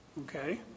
Okay